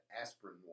aspirin